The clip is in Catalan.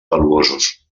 valuosos